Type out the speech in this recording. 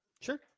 Sure